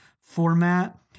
format